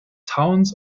towns